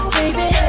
baby